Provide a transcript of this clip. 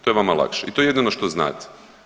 To je vama lakše i to je jedino što znate.